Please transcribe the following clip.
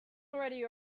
already